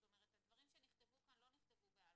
זאת אומרת, הדברים שנכתבו כאן לא נכתבו בעלמא.